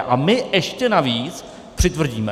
A my ještě navíc přitvrdíme.